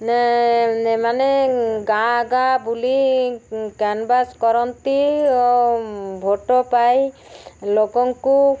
ମାନେ ଗାଁ ଗାଁ ବୁଲି କରନ୍ତି ଓ ଭୋଟ୍ ପାଇଁ ଲୋକଙ୍କୁ